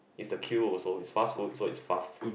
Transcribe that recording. is the queue also is fast food so is fast